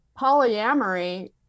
polyamory